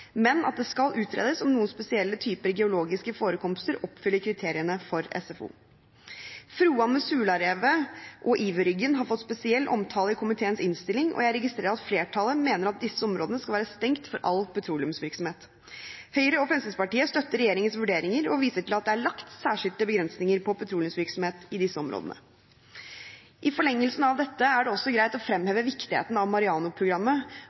men at det skal utredes om noen spesielle typer geologiske forekomster oppfyller kriteriene for SVO. Froan med Sularevet og Iverryggen har fått spesiell omtale i komiteens innstilling, og jeg registrerer at flertallet mener at disse områdene skal være stengt for all petroleumsvirksomhet. Høyre og Fremskrittspartiet støtter regjeringens vurderinger og viser til at det er lagt særskilte begrensninger på petroleumsvirksomhet i disse områdene. I forlengelsen av dette er det også greit å fremheve viktigheten av